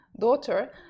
daughter